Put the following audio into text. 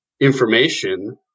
information